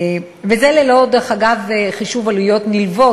דרך אגב, זה ללא חישוב עלויות נלוות.